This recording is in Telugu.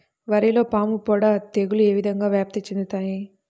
వరిలో పాముపొడ తెగులు ఏ విధంగా వ్యాప్తి చెందుతాయి?